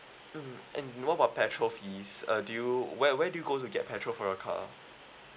mm and what about petrol fees uh do you where where do you go to get petrol for your car